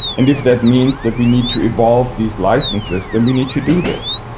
and if that means that we need to evolve these licenses, then we need to do this.